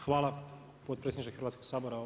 Hvala potpredsjedniče Hrvatskog sabora.